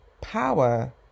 power